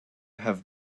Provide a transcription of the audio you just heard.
have